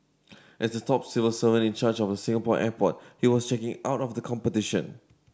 as the top civil servant in charge of Singapore airport he was checking out of the competition